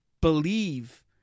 believe